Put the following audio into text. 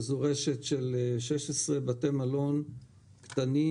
שהיא רשת של 16 בתי מלון קטנים.